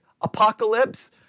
apocalypse